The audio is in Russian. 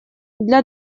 для